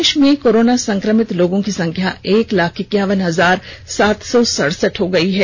देश में कोरोना संक्रमित लोगों की संख्या एक लाख इक्यावन हजार सात सौ सड़सठ हो गई है